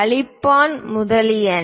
அழிப்பான் முதலியன